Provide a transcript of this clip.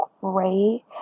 great